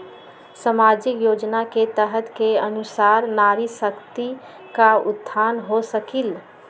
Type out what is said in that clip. सामाजिक योजना के तहत के अनुशार नारी शकति का उत्थान हो सकील?